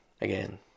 Again